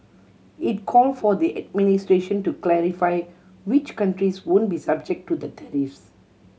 it called for the administration to clarify which countries won't be subject to the tariffs